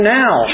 now